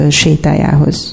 sétájához